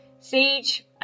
Sage